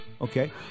Okay